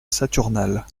saturnales